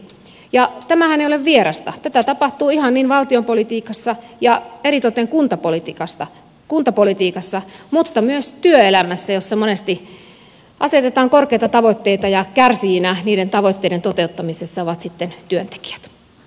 tämähän ei ole vierasta tätä tapahtuu ihan niin valtion politiikassa ja eritoten kuntapolitiikassa mutta myös työelämässä jossa monesti asetetaan korkeita tavoitteita ja kärsijinä niiden tavoitteiden toteuttamisessa ovat sitten yöt